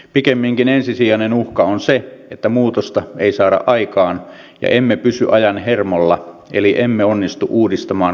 pikemminkin ensisijainen uhka on se että muutosta ei saada aikaan ja emme pysy ajan hermolla eli emme onnistu uudistamaan koulutusjärjestelmäämme